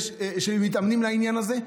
כשהם מתאמנים לעניין הזה.